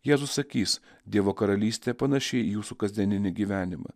jėzus sakys dievo karalystė panaši į jūsų kasdieninį gyvenimą